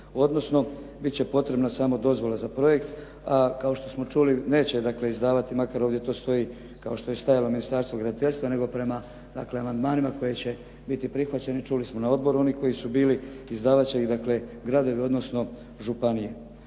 odnosno biti će potrebna samo dozvola za projekt, a kao što smo čuli neće dakle izdavati, makar ovdje to stoji, kao što je stajalo Ministarstvo graditeljstva, nego prema dakle amandmanima koji će biti prihvaćeni. Čuli smo na odboru oni koji su bili. Izdavati će ih dakle gradovi, odnosno županije.